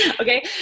Okay